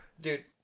Dude